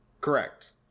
Correct